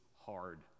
hard